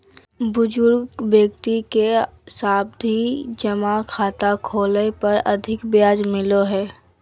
बुजुर्ग व्यक्ति के सावधि जमा खाता खोलय पर अधिक ब्याज दर मिलो हय